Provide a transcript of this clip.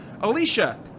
Alicia